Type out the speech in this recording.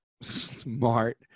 Smart